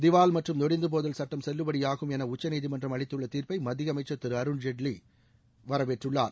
திவால் மற்றும் நொடித்து போதல் சட்டம் செல்லுபடியாகும் என உச்சநீதிமன்றம் அளித்துள்ள தீர்ப்பை மத்திய அமைச்சர் திரு அருண்ஜேட்லி வெளியிட்டுள்ளார்